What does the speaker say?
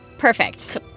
Perfect